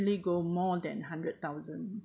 ~ly go more than hundred thousand